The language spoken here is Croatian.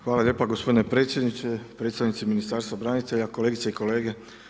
Hvala lijepa gospodine predsjedniče, predstavnici Ministarstva branitelja, kolegice i kolege.